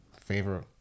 favorite